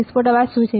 વિસ્ફોટ અવાજ શું છે